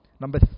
Number